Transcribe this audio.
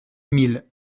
mille